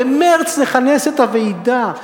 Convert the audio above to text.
במרס נכנס את הוועידה,